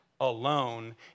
alone